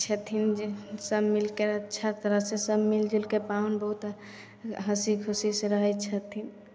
छथिन जे सभ मिलिके अच्छा तरहसे सभ मिलिजुलिके पाहुन बहुत हँसी खुशीसे रहै छथिन